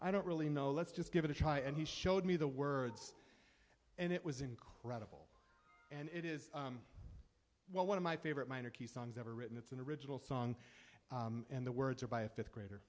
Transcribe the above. i don't really know let's just give it a try and he showed me the words and it was incredible and it is one of my favorite minor key songs ever written it's an original song and the words are by a fifth grader